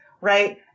Right